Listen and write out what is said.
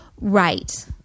Right